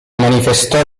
manifestò